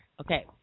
Okay